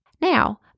Now